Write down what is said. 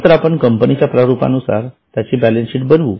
नंतर आपण कंपनीच्या प्रारूपानुसार त्यांची बॅलन्स शीट बनवू